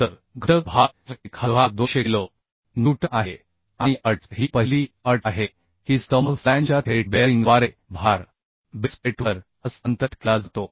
तर घटक भार 1200 किलो न्यूटन आहे आणि अट ही पहिली अट आहे की स्तंभ फ्लॅंजच्या थेट बेअरिंगद्वारे भार बेस प्लेटवर हस्तांतरित केला जातो